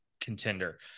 contender